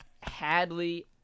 hadley